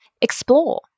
explore